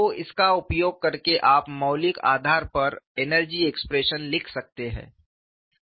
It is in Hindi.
तो इसका उपयोग करके आप मौलिक आधार पर एनर्जी एक्सप्रेशन लिख सकते हैं